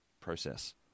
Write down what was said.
process